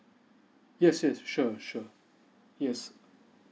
yes yes sure sure yes